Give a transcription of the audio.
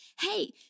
hey